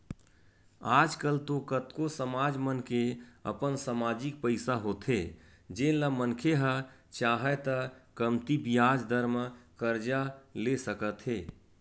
आज कल तो कतको समाज मन के अपन समाजिक पइसा होथे जेन ल मनखे ह चाहय त कमती बियाज दर म करजा ले सकत हे